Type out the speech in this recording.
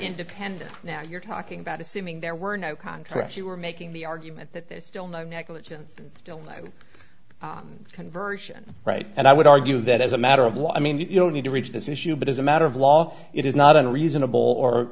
independent now you're talking about assuming there were no contract you were making the argument that there's still no negligence like conversion right and i would argue that as a matter of law i mean you don't need to reach this issue but as a matter of law it is not unreasonable or